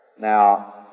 Now